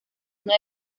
uno